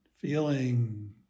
feeling